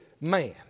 man